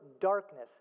darkness